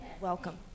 Welcome